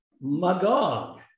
Magog